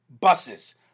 Buses